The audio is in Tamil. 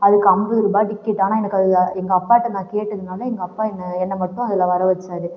அது ஐம்பது ரூபா விற்கிதான எனக்கு அதில் எங்கள் அப்பாகிட்டே நான் கேட்டதுனால் எங்கள் அப்பா என்ன என்ன மட்டும் அதில் வரவச்சாரு